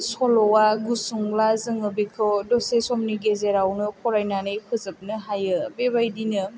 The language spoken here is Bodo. सल'आ गुसुंब्ला जोङो बिखौ दसे समाव गेजेरावनो फरायनानै फोजोबनो हायो बेबायदिनो